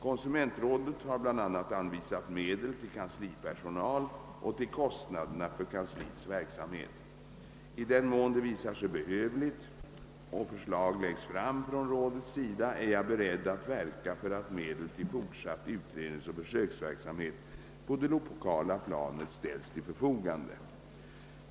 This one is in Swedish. Konsumentrådet har bl.a. anvisat medel till kanslipersonal och till kostnaderna för kansliets verksamhet. I den mån det visar sig behövligt och förslag läggs fram från rådets sida är jag beredd att verka för att medel till fortsatt utredningsoch försöksverksamhet på det lokala planet ställs till förfogande.